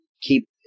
keep